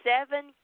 seven